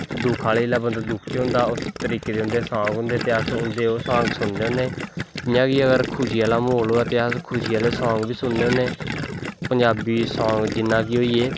दुक्ख आह्ले बंदा दुक्ख च होंदा तरीके दे उंदे सांग न जेह्के अस उंदे सांग सुननें होनें इयां जेकर खुशी आह्ला मौहल होऐ ते अस खुशी आह्ले सांग बी सुननें होनें पंजाबी सांग जियां कि होईये